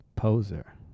Poser